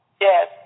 Yes